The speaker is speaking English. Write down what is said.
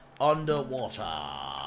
underwater